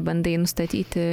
jei bandai nustatyti